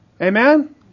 Amen